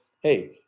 Hey